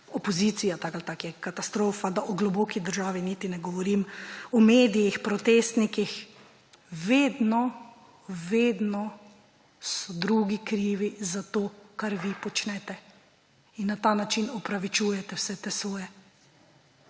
opozicija tako ali tako je katastrofa, da o globoki državi niti ne govorim, o medijih, protestnikih. Vedno, vedno so drugi krivi za to, kar vi počnete; in na ta način opravičujete vse te svoje